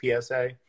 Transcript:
PSA